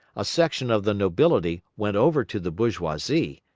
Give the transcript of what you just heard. a section of the nobility went over to the bourgeoisie,